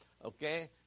Okay